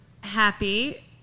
happy